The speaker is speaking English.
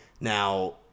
Now